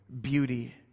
beauty